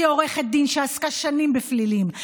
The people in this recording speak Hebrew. כעורכת דין שעסקה שנים בפלילים,